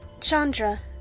Chandra